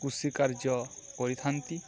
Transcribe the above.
କୃଷି କାର୍ଯ୍ୟ କରିଥାନ୍ତି